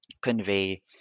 convey